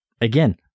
again